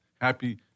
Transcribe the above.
happy